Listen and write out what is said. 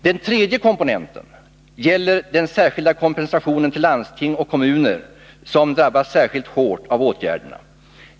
Den tredje komponenten gäller den särskilda kompensationen till de landsting och kommuner som drabbas särskilt hårt av åtgärderna.